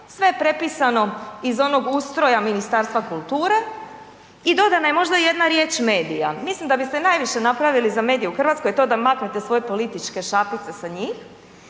Sve je prepisano iz onog ustroja Ministarstva kulture i dodana je možda jedna riječ medija. Mislim da biste najviše napravili za medije u RH to da maknete svoje političke šapice sa njih